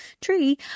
tree